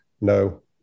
No